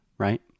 Right